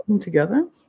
together